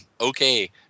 Okay